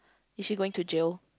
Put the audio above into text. is she going to jail